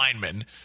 linemen